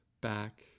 back